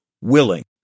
willing